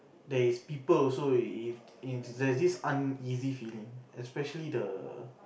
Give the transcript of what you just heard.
there is people also if there's this uneasy feeling especially the